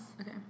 Okay